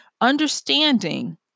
Understanding